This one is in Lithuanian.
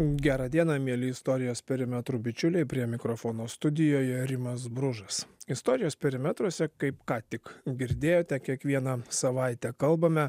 gera diena mieli istorijos perimetrų bičiuliai prie mikrofono studijoje rimas bružas istorijos perimetruose kaip ką tik girdėjote kiekvieną savaitę kalbame